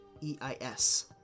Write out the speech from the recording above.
e-i-s